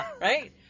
Right